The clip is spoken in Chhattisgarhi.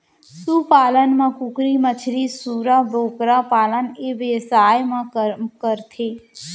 सु पालन म कुकरी, मछरी, सूरा, बोकरा पालन ए बेवसाय म करथे